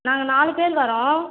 நாங்கள் நாலு பேர் வரோம்